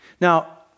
Now